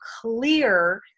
clear